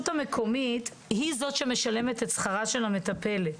המקומית היא זאת שמשלמת את שכרה של הסייעת.